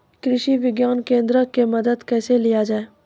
कृषि विज्ञान केन्द्रऽक से मदद कैसे लिया जाय?